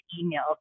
email